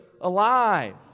alive